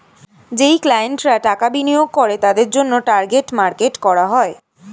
যেই ক্লায়েন্টরা টাকা বিনিয়োগ করে তাদের জন্যে টার্গেট মার্কেট করা হয়